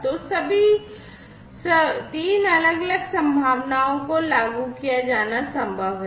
तो सभी 3 अलग अलग संभावनाओं को लागू किया जाना संभव है